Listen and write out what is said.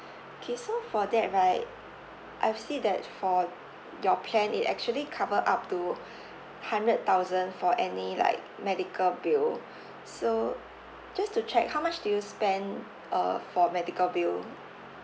okay so for that right I've see that for your plan it actually cover up to hundred thousand for any like medical bill so just to check how much do you spend uh for medical bill